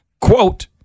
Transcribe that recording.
quote